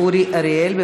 אורי אריאל,